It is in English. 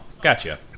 gotcha